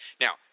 Now